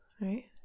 right